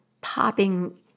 popping